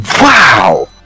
Wow